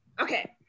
Okay